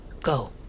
Go